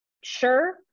sure